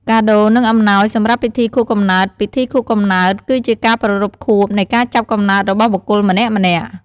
កាដូ និងអំណោយសម្រាប់ពិធីខួបកំណើតពិធីខួបកំណើត គឺជាការប្រារព្ធខួបនៃការចាប់កំណើតរបស់បុគ្គលម្នាក់ៗ។